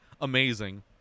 amazing